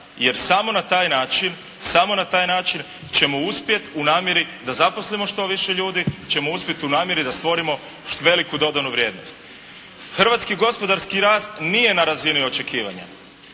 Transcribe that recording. jer samo na taj način ćemo uspjeti u namjeri da zaposlimo što više ljudi, ćemo uspjeti u namjeri da stvorimo veliku dodanu vrijednost. Hrvatski gospodarski rast nije na razini očekivanja